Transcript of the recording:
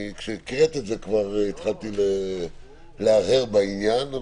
כשאת הקראת את זה, כבר התחלתי להרהר בעניין.